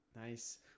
Nice